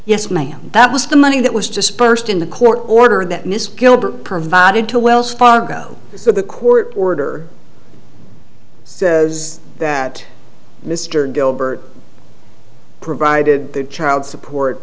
yes ma'am that was the money that was dispersed in the court order that miss gilbert provided to wells fargo so the court order says that mr gilbert provided the child support